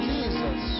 Jesus